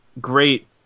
great